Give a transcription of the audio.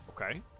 Okay